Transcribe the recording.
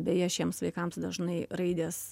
beje šiems vaikams dažnai raidės